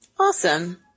Awesome